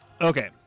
okay